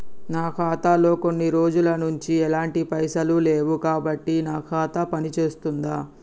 నా ఖాతా లో కొన్ని రోజుల నుంచి ఎలాంటి పైసలు లేవు కాబట్టి నా ఖాతా పని చేస్తుందా?